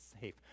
safe